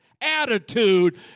attitude